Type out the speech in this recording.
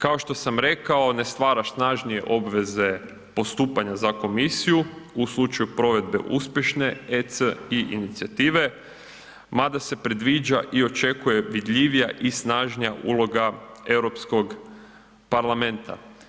Kao što sam rekao, ne stvara snažnije obveze postupanja za komisiju u slučaju provedbe uspješne EC i inicijative, mada se predviđa i očekuje vidljivija i snažnija uloga Europskog parlamenta.